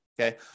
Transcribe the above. Okay